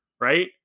right